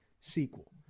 sequel